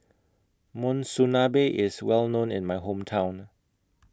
Monsunabe IS Well known in My Hometown